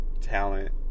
talent